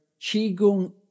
Qigong